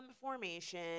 Formation